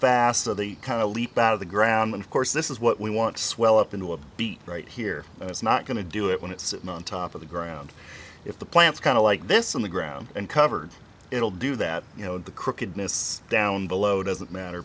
fast so they kind of leap out of the ground and of course this is what we want to swell up into a beat right here that's not going to do it when it's on top of the ground if the plants kind of like this on the ground and covered it will do that you know the crookedness down below doesn't matter